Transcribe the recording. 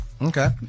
Okay